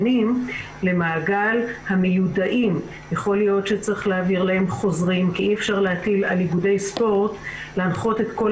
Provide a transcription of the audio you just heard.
מעניין אותי לשמוע לגבי הכשרת ממונות איגודי ספורט וגופי